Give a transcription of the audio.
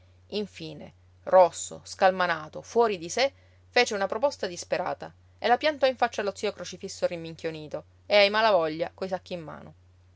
infine rosso scalmanato fuori di sé fece una proposta disperata e la piantò in faccia allo zio crocifisso rimminchionito e ai malavoglia coi sacchi in mano